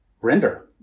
render